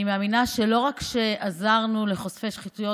אני מאמינה שלא רק שעזרנו לחושפי שחיתויות,